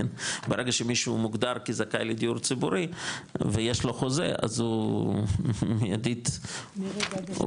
ברגע שמישהו מוגדר כזכאי לדיור ציבורי ויש לו חוזה אז הוא מידית הוא